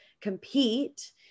compete